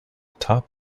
top